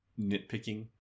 nitpicking